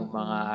mga